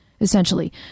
essentially